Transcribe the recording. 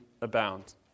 abound